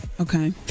Okay